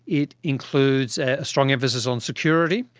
it includes a strong emphasis on security,